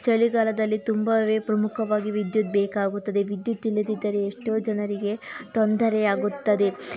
ಚಳಿಗಾಲದಲ್ಲಿ ತುಂಬವೇ ಪ್ರಮುಖವಾಗಿ ವಿದ್ಯುತ್ ಬೇಕಾಗುತ್ತದೆ ವಿದ್ಯುತ್ ಇಲ್ಲದಿದ್ದರೆ ಎಷ್ಟೋ ಜನರಿಗೆ ತೊಂದರೆಯಾಗುತ್ತದೆ